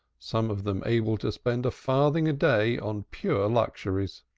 some of them able to spend a farthing a day on pure luxuries.